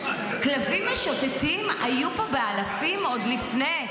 וכלבים משוטטים היו פה באלפים עוד לפני,